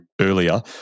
earlier